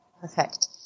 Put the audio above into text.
Perfect